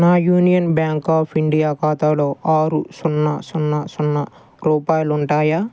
నా Union Bank of India ఖాతాలో ఆరు సున్నా సున్నా సున్నా రూపాయలుంటాయా